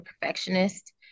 perfectionist